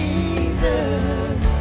Jesus